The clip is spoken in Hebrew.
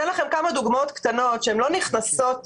אתן לכם כמה דוגמאות קטנות שלא נכנסות